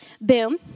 Boom